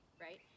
right